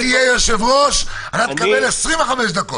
כשאתה תהיה יושב-ראש, אתה תקבל 25 דקות.